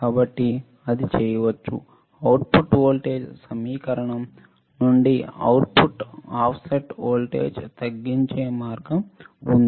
కాబట్టి అది చేయవచ్చు అవుట్పుట్ వోల్టేజ్ సమీకరణం నుండి అవుట్పుట్ ఆఫ్సెట్ వోల్టేజ్ను తగ్గించే మార్గం ఉంది